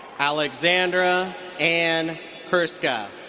alexandra ann krska.